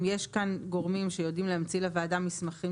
אם יש כאן גורמים שיודעים להמציא לוועדה מסמכים